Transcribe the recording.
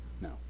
No